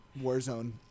Warzone